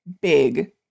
big